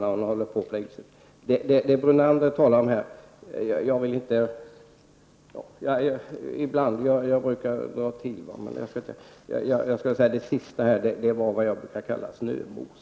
Jag brukar ibland ta till starka ord, men jag vill om det sista som herr Brunander sade här bara säga att det var vad jag brukar kalla snömos.